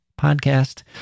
podcast